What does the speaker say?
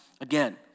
again